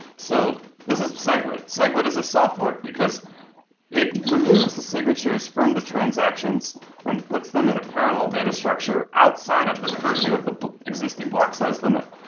so this is segwit. segwit is a soft fork, because it removes the signatures from the transactions and puts them in a parallel data structure outside of the purview of the existing block size limit.